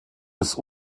des